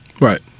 Right